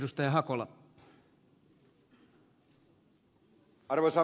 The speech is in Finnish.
arvoisa herra puhemies